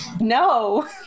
No